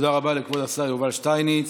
תודה רבה לכבוד השר יובל שטייניץ.